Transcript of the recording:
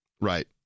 Right